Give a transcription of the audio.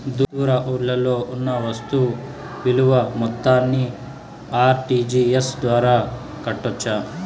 దూర ఊర్లలో కొన్న వస్తు విలువ మొత్తాన్ని ఆర్.టి.జి.ఎస్ ద్వారా కట్టొచ్చా?